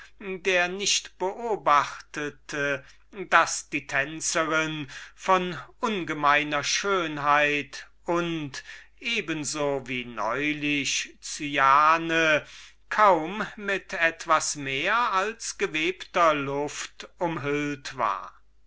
der nicht beobachtete daß die tänzerin von ungemeiner schönheit und eben so wie cyane kaum mit etwas mehr als gewebter luft umhüllt war